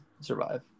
survive